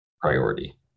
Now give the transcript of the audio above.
priority